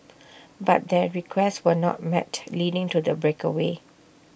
but their requests were not met leading to the breakaway